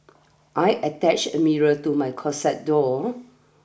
I attached a mirror to my closet door